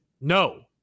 no